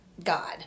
god